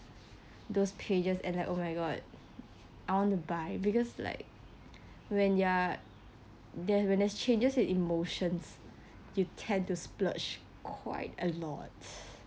those pages and like oh my god I want to buy because like when you are there when there's changes in emotions you tend to splurge quite a lot